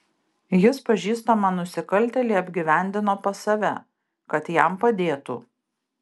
jis pažįstamą nusikaltėlį apgyvendino pas save kad jam padėtų